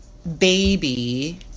baby